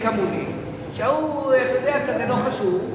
שהוא כזה לא חשוב,